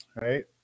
right